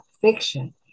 fiction